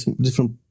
different